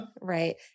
Right